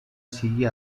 sigue